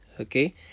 Okay